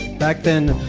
back then,